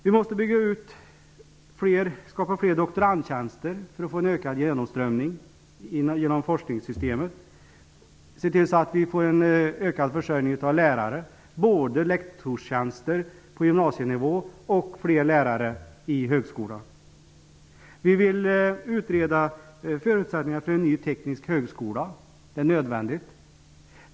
Vi måste skapa fler doktorandtjänster för att få en ökad genomströmning genom forskningssystemet, se till så att vi får en ökad försörjning av lärare -- både lektorstjänster på gymnasienivå och fler lärare i högskolan. Vi vill utreda förutsättningarna för en ny teknisk högskola. Det är nödvändigt.